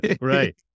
Right